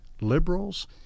liberals